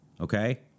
Okay